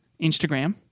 instagram